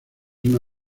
una